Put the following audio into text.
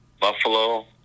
Buffalo